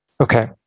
Okay